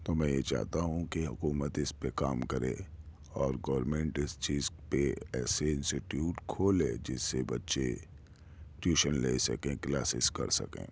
تو میں یہ چاہتا ہوں کہ حکومت اس پہ کام کرے اور گورمیںٹ اس چیز پہ ایسے انسیٹیوٹ کھولے جس سے بچے ٹیوشن لے سکیں کلاسیز کر سکیں